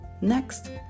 Next